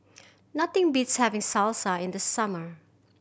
nothing beats having Salsa in the summer